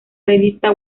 revista